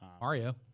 Mario